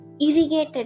irrigated